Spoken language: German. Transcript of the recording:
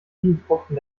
edeltropfen